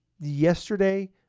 yesterday